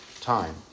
time